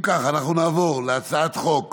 אם כך, אנחנו נעבור להצעת חוק